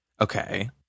Okay